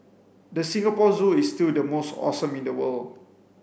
the Singapore Zoo is still the most awesome in the world